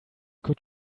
could